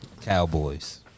Cowboys